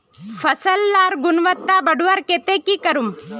फसल लार गुणवत्ता बढ़वार केते की करूम?